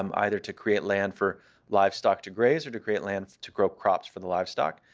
um either to create land for livestock to graze or to create land to grow crops for the livestock.